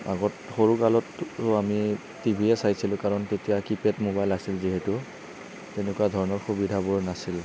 আগত সৰু কালততো আমি টিভিয়ে চাইছিলোঁ কাৰণ তেতিয়া কি পেড মোবাইল আছিল যিহেতু এনেকুৱা ধৰণৰ সুবিধাবোৰ নাছিল